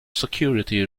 security